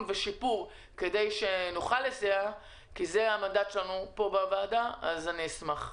ושיפור כי המנדט שלנו פה בוועדה הוא לסייע.